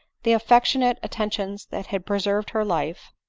the affec tionate attentions that had preserved her life,